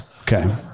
Okay